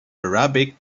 arabic